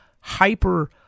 hyper-